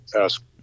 ask